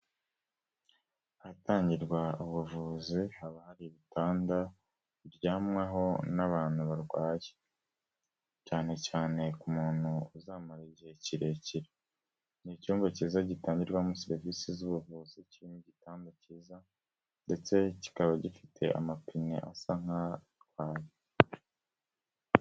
Ahatangirwa ubuvuzi haba hari ibitanda biryamwaho n'abantu barwaye, cyane cyane ku muntu uzamara igihe kirekire. Ni icyumba cyiza gitangirwamo serivisi z'ubuvuzi kirimo igitanda cyiza ndetse kikaba gifite amapine.